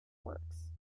works